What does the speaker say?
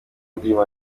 ndirimbo